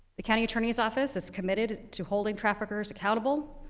the county attorney's office is committed to holding traffickers accountable,